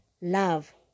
love